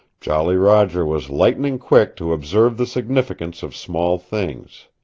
jolly roger was lightning quick to observe the significance of small things.